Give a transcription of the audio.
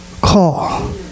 call